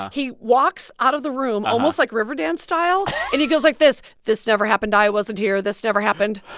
he walks out of the room almost like river dance style and he goes like this, this never happened. i wasn't here. this never happened.